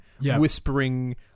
whispering